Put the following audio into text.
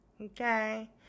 okay